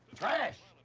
trash!